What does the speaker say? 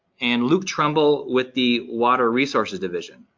and luke trumble with the water resources division.